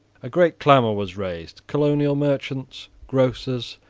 a great clamour was raised colonial merchants, grocers,